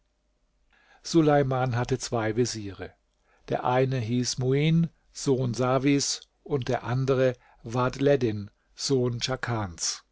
suleiman hatte zwei veziere der eine hieß muin sohn sawis und der andere vadhleddin sohn